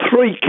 three